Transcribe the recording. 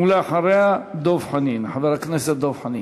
ואחריה, חבר הכנסת דב חנין.